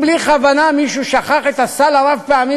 אם בלי כוונה מישהו שכח את הסל הרב-פעמי